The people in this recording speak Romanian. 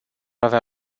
avea